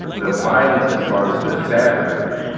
the violent that's part of the fabric of it.